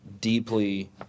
deeply